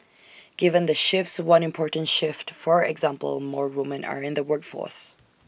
given the shifts one important shift for example more women are in the workforce